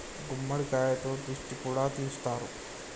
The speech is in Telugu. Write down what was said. గుమ్మడికాయతో దిష్టి కూడా తీస్తారు